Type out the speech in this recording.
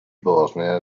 bosnia